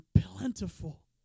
plentiful